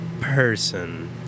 person